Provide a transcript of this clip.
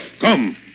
Come